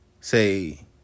say